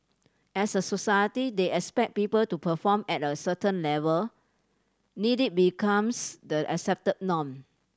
as a society they expect people to perform at a certain level need it becomes the accepted norm